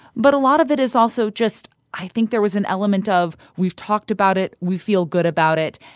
but a lot of it is also just i think there was an element of, we've talked about it. we feel good about it.